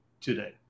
today